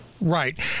Right